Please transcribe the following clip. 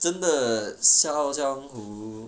真的笑傲江湖